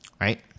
right